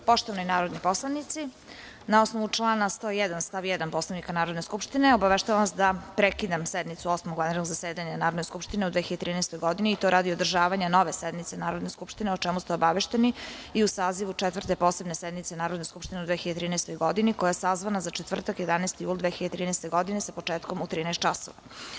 Poštovani narodni poslanici, na osnovu člana 101. stav 1. Poslovnika Narodne skupštine, obaveštavam vas da prekidam sednicu Osmog vanrednog zasedanja Narodne skupštine u 2013. godini i to radi održavanja nove sednice Narodne skupštine, o čemu ste obavešteni i u sazivu Četvrte posebne sednice Narodne skupštine u 2013. godini, koja je sazvana za četvrtak, 11. jul 2013. godine, sa početkom u 13.00 časova.